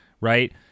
right